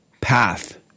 path